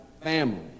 family